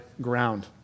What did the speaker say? ground